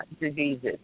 diseases